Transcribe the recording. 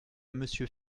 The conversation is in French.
monsieur